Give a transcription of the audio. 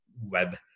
web